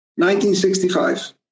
1965